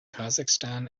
kazakhstan